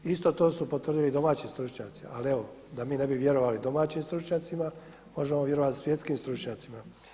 Isto to su potvrdili i domaći stručnjaci ali evo da mi ne bi vjerovali domaćim stručnjacima možemo vjerovati svjetskim stručnjacima.